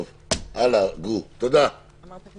"עיכוב הליכים נגד אדם